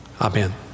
Amen